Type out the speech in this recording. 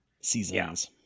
Seasons